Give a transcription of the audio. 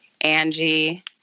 Angie